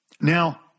Now